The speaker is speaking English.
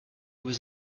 was